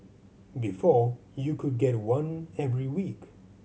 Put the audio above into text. before you could get one every week